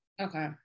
Okay